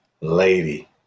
lady